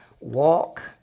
Walk